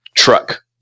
truck